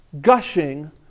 gushing